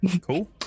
Cool